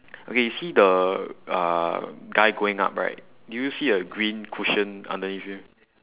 okay see the uh guy going up right do you see a green cushion underneath him